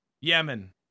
Yemen